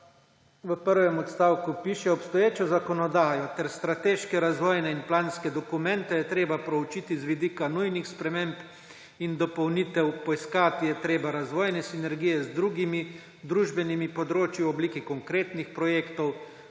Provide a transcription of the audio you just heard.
v prvem odstavku piše: »Obstoječo zakonodajo ter strateške razvojne in planske dokumente je treba proučiti z vidika nujnih sprememb in dopolnitev, poiskati je treba razvojne sinergije z drugimi družbenimi področji v obliki konkretnih projektov,